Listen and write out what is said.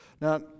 Now